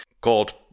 called